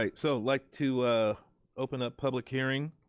right, so like to open up public hearing.